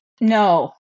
no